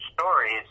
stories